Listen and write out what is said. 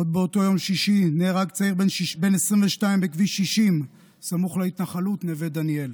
עוד באותו יום שישי נהרג צעיר בן 22 בכביש 60 סמוך להתנחלות נווה דניאל.